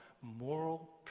moral